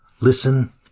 Listen